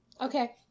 Okay